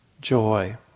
joy